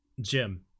Jim